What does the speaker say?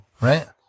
right